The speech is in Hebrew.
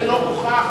זה לא הוכח,